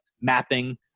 mapping